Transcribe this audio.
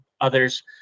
others